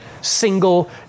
single